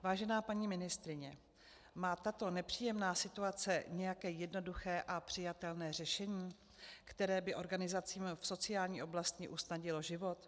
Vážená paní ministryně, má tato nepříjemná situace nějaké jednoduché a přijatelné řešení, které by organizacím v sociální oblasti usnadnilo život?